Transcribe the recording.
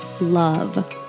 Love